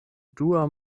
dua